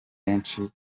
henshi